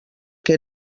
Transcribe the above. que